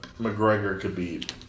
McGregor-Khabib